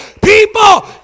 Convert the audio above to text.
People